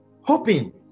hoping